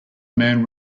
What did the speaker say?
man